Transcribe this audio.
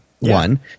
one